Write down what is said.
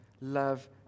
love